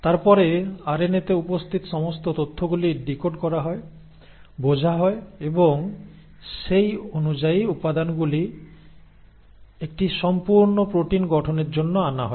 তারপরে আরএনএতে উপস্থিত সমস্ত তথ্যগুলি ডিকোড করা হয় বোঝা হয় এবং সেই অনুযায়ী উপাদানগুলি একটি সম্পূর্ণ প্রোটিন গঠনের জন্য আনা হয়